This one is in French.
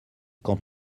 quand